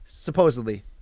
supposedly